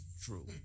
True